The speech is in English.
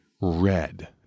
red